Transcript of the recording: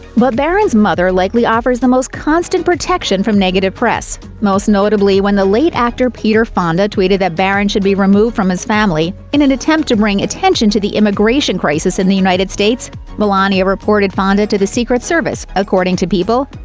but barron's mother likely offers the most constant protection from negative press. most notably, when the late actor peter fonda tweeted that barron should be removed from his family in an attempt to bring attention to the immigration crisis in the united states melania reported fonda to the secret service, according to people.